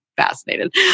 Fascinated